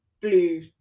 blue